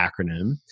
acronym